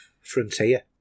Frontier